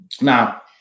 now